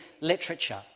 literature